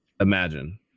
imagine